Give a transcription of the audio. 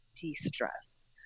de-stress